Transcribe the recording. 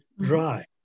dry